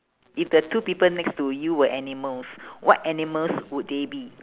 if the two people next to you were animals what animals would they be